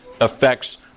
affects